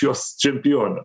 jos čempionę